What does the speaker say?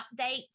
updates